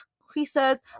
creases